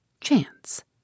Chance